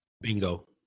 Bingo